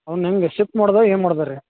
ಅವ್ನ ಹೆಂಗೆ ಶಿಫ್ಟ್ ಮಾಡೋದ ಏನು ಮಾಡೋದ ರೀ